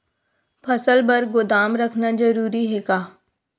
फसल बर गोदाम रखना जरूरी हे का?